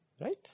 Right